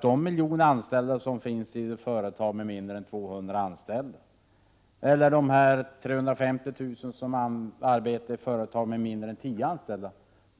De miljoner anställda som finns i företag med mindre än 200 anställda och de 350 000 som är anställda i företag med mindre än 10 anställda